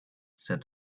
said